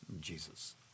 Jesus